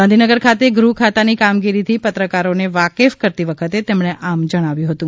ગાંધીનગર ખાતે ગૃહ ખાતાની કામગીરીથી પત્રકારોને વાકેફ કરતી વખતે તેમણે આમ જણાવ્યુ હતું